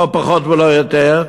לא פחות ולא יותר,